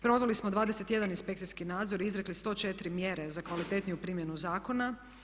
Proveli smo 21 inspekcijski nadzor i izrekli 104 mjere za kvalitetniju primjenu zakona.